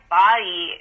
body